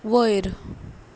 वयर